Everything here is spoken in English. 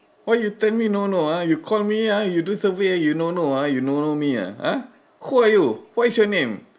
what you tell me no no ah you call me ah you do survey you no no ah you no no me ah !huh! who are you what is your name